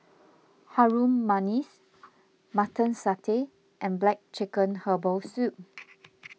Harum Manis Mutton Satay and Black Chicken Herbal Soup